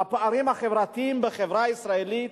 שהפערים החברתיים בחברה הישראלית